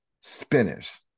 Spinners